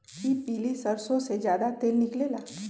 कि पीली सरसों से ज्यादा तेल निकले ला?